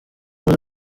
muze